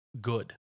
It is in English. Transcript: good